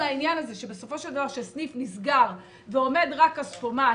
העניין הזה שבסופו של דבר כשסניף נסגר ועומד רק כספומט,